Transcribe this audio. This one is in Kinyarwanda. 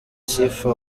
sifa